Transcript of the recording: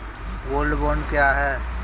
Gold bond क्या है?